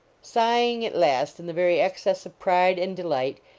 sighing at last in the very excess of pride and delight,